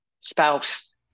spouse